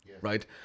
right